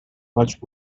much